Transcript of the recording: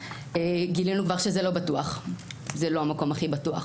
גילינו שזה לא המקום הכי בטוח.